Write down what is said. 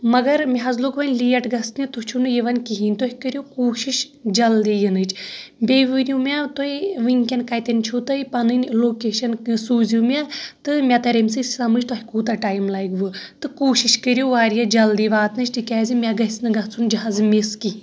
مگر مےٚ حظ لوگ وۄنۍ لیٹ گژھنہِ تُہۍ چھِو نہٕ یِوان کہیٖنۍ تُہۍ کٔرِو کوٗشش جلدی یِنٕچ بیٚیہِ ؤنِو مےٚ تُہۍ ؤنۍ کٮ۪ن کتٮ۪ن چھُو تُہۍ پنٕنی لوکیشن سوٗزِو مےٚ تہٕ مےٚ ترِ أمہِ سۭتی سمجھ تۄہہِ کوٗتاہ ٹایِم لگۍوٕ تہٕ کوٗشش کٔرِو واریاہ جلدی واتنٕچ تِکیٛازِ مےٚ گژھنہٕ گژھُن جہازٕ مِس کہیٖنۍ